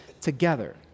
together